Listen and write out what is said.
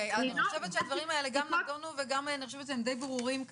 אני חושבת שהדברים האלה גם נדונו ואני חושבת שהם גם די ברורים,